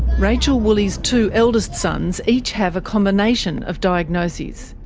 rachel woolley's two eldest sons each have a combination of diagnoses.